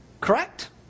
Correct